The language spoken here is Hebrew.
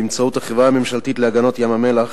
באמצעות החברה הממשלתית להגנות ים-המלח,